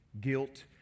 Guilt